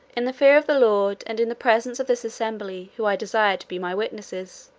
in the fear of the lord, and in the presence of this assembly, whom i desire to be my witnesses,